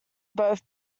both